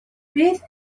beth